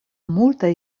multaj